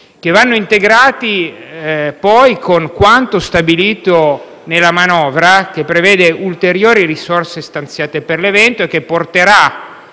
14 Novembre 2018 quanto stabilito nella manovra che prevede ulteriori risorse stanziate per l’evento e che porterà